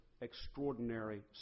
extraordinary